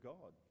God